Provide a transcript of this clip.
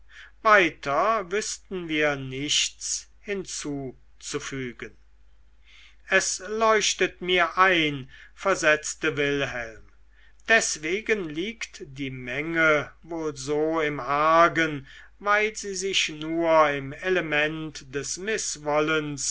weiter wüßten wir nichts hinzuzufügen es leuchtet mir ein versetzte wilhelm deswegen liegt die menge wohl so im argen weil sie sich nur im element des